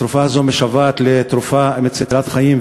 המחלה הזאת משוועת לתרופה מצילת חיים,